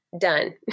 done